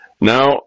Now